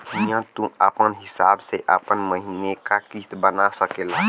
हिंया तू आपन हिसाब से आपन महीने का किस्त बना सकेल